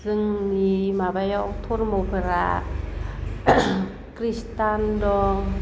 जोंनि माबायाव धोरोमफोरा ख्रिस्टान दं